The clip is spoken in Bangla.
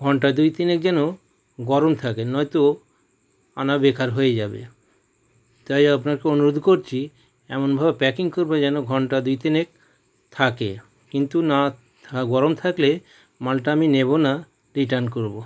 ঘন্টা দুই তিনেক যেন গরম থাকে নয়তো আনা বেকার হয়ে যাবে তাই আপনাকে অনুরোধ করছি এমনভাবে প্যাকিং করবে যেন ঘন্টা দুই তিনেক থাকে কিন্তু না থা গরম থাকলে মালটা আমি নেবো না রিটার্ন করবো